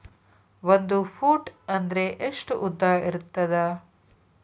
ಒಂದು ಫೂಟ್ ಅಂದ್ರೆ ಎಷ್ಟು ಉದ್ದ ಇರುತ್ತದ?